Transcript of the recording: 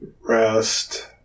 rest